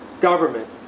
government